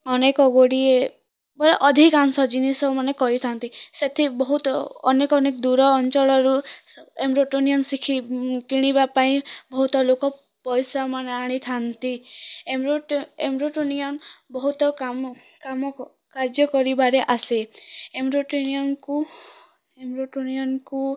ଅନେକ ଗୁଡ଼ିଏ ପୂରା ଅଧିକାଂଶ ଜିନିଷମାନେ କରିଥାନ୍ତି ସେଥି ବହୁତ୍ ଅନେକ ଅନେକ ଦୂର ଅଞ୍ଚଳରୁ ଏମ୍ବ୍ରୋଟୋନିୟନ୍ ଶିଖି କିଣିବା ପାଇଁ ବହୁତ ଲୋକ ପଇସା ମାନେ ଆଣିଥାନ୍ତି ଏମ୍ବ୍ରୋଟୋ ଏମ୍ବ୍ରୋଟୋନିୟନ୍ ବହୁତ କାମ କାମ କାର୍ଯ୍ୟ କରିବାରେ ଆସେ ଏମ୍ବ୍ରୋଟୋନିୟନ୍କୁ ଏମ୍ବ୍ରୋଟୋନିୟନ୍କୁ